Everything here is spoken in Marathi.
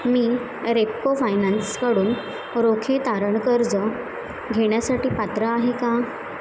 मी रेपको फायनान्सकडून रोखे तारण कर्ज घेण्यासाठी पात्र आहे का